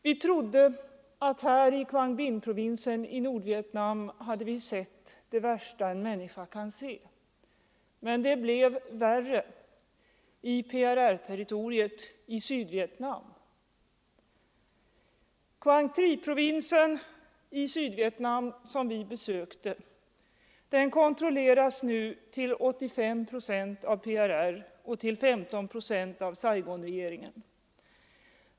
Vi trodde att här i Quang Binh-provinsen i Nordvietnam hade vi sett det värsta en människa kan se. Men det blev värre i PRR-territoriet i Sydvietnam, Quang Tri-provinsen i Sydvietnam, som vi besökte, kontrolleras nu till 85 procent av PRR och till 15 procent av Saigonregeringen.